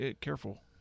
careful